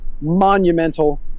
monumental